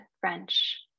French